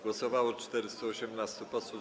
Głosowało 418 posłów.